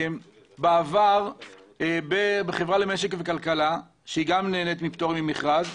בעבר בחברה למשק וכלכלה, שגם נהנית מפטור ממכרז,